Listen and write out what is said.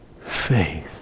faith